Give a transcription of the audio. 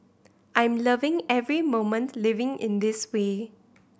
I'm loving every moment living in this way